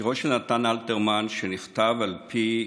שירו של נתן אלתרמן, נכתב על פי